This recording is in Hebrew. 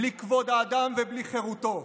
בלי כבוד האדם ובלי חירותו.